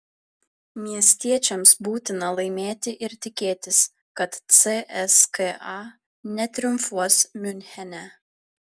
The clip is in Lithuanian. miestiečiams būtina laimėti ir tikėtis kad cska netriumfuos miunchene